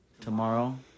Tomorrow